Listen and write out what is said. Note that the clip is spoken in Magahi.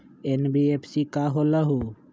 एन.बी.एफ.सी का होलहु?